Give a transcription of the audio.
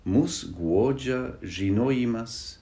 mus guodžia žinojimas